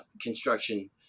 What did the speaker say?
Construction